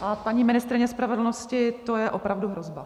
A paní ministryně spravedlnosti, to je opravdu hrozba.